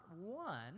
one